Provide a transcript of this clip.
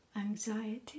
anxiety